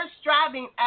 striving